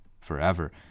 forever